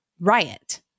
riot